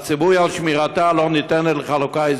והציווי על שמירתה לא ניתן לחלוקה אזורית.